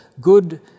good